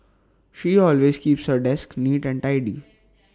she always keeps her desk neat and tidy